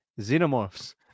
Xenomorphs